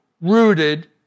rooted